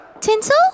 Tinsel